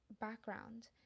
background